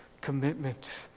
commitment